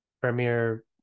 Premier